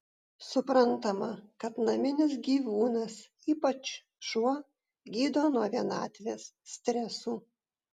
suprantama kad naminis gyvūnas ypač šuo gydo nuo vienatvės stresų